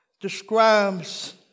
describes